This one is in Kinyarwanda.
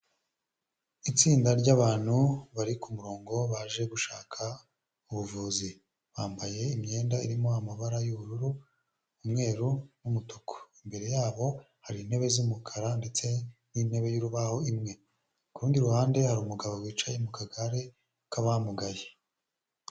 Itsinda ryabantu bari kumurongo baje gushaka ubuvuzi, bambaye imyenda irimo amabara y'ubururu, umweru n'umutuku imbere yabo hari intebe zumukara ndetse n'intebe y'urubaho imwe, ku kuru rundi ruhande hari umugabo wicaye mu kagare k'abamugaye.